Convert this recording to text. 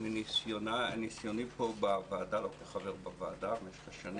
ולא נישאב לבעיות מערכת החינוך,